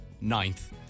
ninth